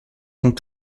font